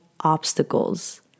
Obstacles